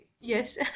Yes